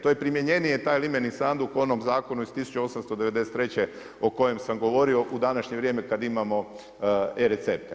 To je primjenjenije taj limeni sanduk onom zakonu iz 1893. o kojem sam govorio u današnje vrijeme kada imamo e-recepte.